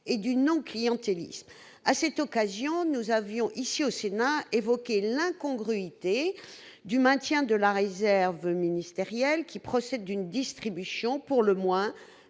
et du clientélisme à cette occasion, nous avions ici au Sénat, évoqué l'incongruité du maintien de la réserve ministérielle qui procède d'une distribution pour le moins